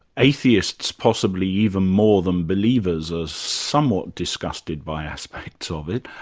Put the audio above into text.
atheists possibly even more than believers are somewhat disgusted by aspects of it,